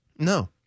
No